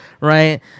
right